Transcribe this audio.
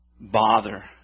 bother